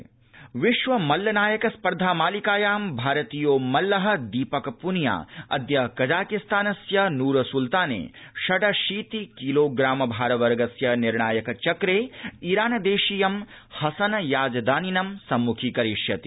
मल्लस्पर्धा विश्वमल्लनायक स्पर्धामालिकायां भारतीयो मल्लः दीपकपूनिया अद्य कजाकिस्तानस्य नूरसुल्ताने षडशीति किलोप्राम भारवर्गस्य निर्णायकचक्रे ईरानदेशीय हसन याजदानिन सम्मुखीकरिष्यति